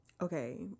Okay